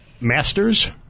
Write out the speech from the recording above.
masters